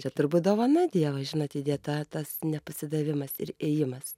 čia turbūt dovana dievo žinot įdėta tas nepasidavimas ir ėjimas